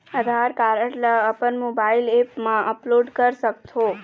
आधार card ला अपन mobile app मा अपलोड कर सकथों?